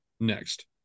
next